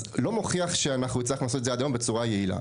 אז לא מוכיח שאנחנו הצלחנו לעשות את זה עד היום בצורה יעילה.